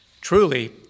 Truly